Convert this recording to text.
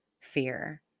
fear